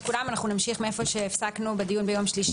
נמשיך מאיפה שהפסקנו בדיון ביום שלישי.